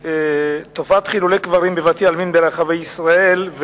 היא תופעת חילולי קברים בבתי-עלמין ברחבי ישראל.